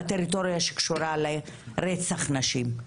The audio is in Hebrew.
בטריטוריה שקשורה לרצח נשים.